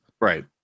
right